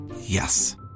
Yes